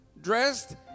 dressed